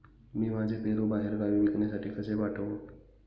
मी माझे पेरू बाहेरगावी विकण्यासाठी कसे पाठवू?